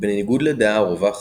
בניגוד לדעה הרווחת,